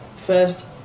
First